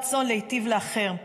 רצון להיטיב לאחר.